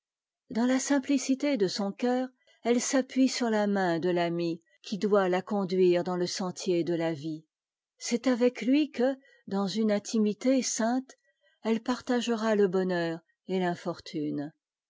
dans la simplicité de son eceùr elle s'appuie sur a main de l'ami qui doit la conduire dans le sen a tier de la vie c'est avec lui que dans une intimité sainte elle partagera le bonheur et